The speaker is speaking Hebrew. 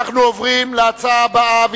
אנחנו עוברים להצעה הבאה,